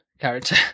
character